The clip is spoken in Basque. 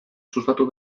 sustatu